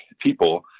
people